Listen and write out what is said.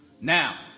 Now